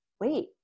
wait